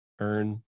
earn